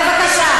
בבקשה.